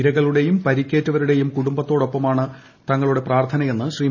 ഇരകളുടെയും പരിക്കേറ്റവരുടെയും കുടുംബത്തോടൊപ്പമാണ് തങ്ങളുടെ പ്രാർത്ഥനയെന്ന് ശ്രീ